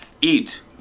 eat